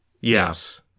Yes